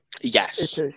Yes